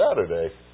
Saturday